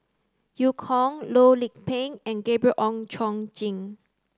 Eu Kong Loh Lik Peng and Gabriel Oon Chong Jin